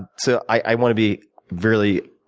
and so i want to be really